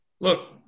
Look